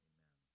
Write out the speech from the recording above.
Amen